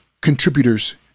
contributors